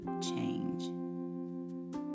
change